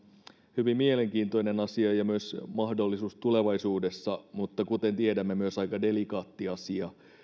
hyvin mielenkiintoinen asia ja myös mahdollisuus tulevaisuudessa mutta kuten tiedämme myös aika delikaatti asia